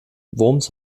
worms